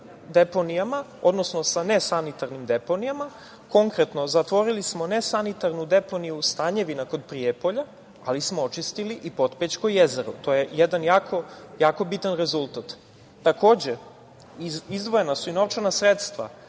odnosno sa ne sanitarnim deponijama. Konkretno zatvorili smo ne sanitarnu deponiju Sanjevina kod Prijepolja ali smo očistili i Potpećko jezero. To je jedan jako bitan rezultat. Takođe, izdvojena su i novčana sredstava